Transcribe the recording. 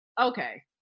Okay